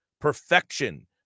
perfection